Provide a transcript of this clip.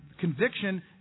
conviction